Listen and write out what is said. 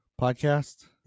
podcast